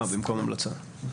בהסכמה במקום המלצה.